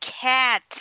CAT